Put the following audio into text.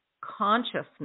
consciousness